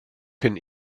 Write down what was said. can